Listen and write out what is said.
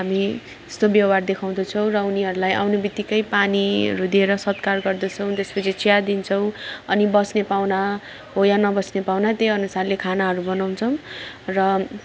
हामी यस्तो व्यवहार देखाउँदैछौँ र उनीहरूलाई आउने बित्तिकै पानीहरू दिएर सत्कार गर्छौँ त्यस पछि चिया दिन्छौँ अनि बस्ने पाहुना हो वा नबस्ने पाहुना त्यही अनुसारले खानाहरू बनाउँछौँ र